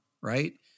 right